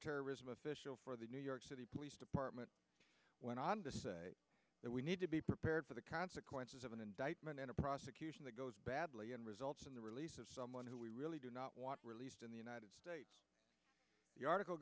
counterterrorism official for the new york city police department went on to say that we need to be prepared for the consequences of an indictment and a prosecution that goes badly and results in the release of someone who we really do not want released in the united states the article